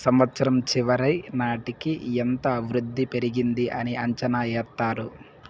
సంవచ్చరం చివరి నాటికి ఎంత వృద్ధి పెరిగింది అని అంచనా ఎత్తారు